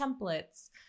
templates